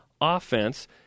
offense